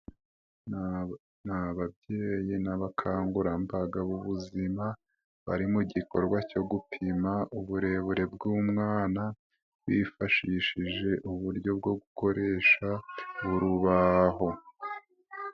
N'ababyeyi n'abakangurambaga b'ubuzima, bari mu gikorwa cyo gupima uburebure bw'umwana, bifashishije uburyo bwo gukoresha urubaho.